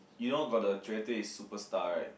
you know got the 绝对:Jue-Dui Superstar right